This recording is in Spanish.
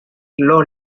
los